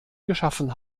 geschaffen